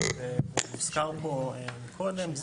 הוזכר פה מקודם,